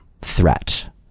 threat